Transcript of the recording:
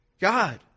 God